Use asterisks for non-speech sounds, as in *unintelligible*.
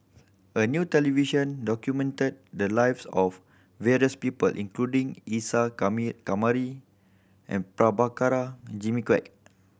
a new television documented the lives of various people including Isa *unintelligible* Kamari and Prabhakara Jimmy Quek